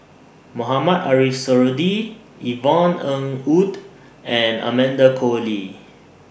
Mohamed Ariff Suradi Yvonne Ng Uhde and Amanda Koe Lee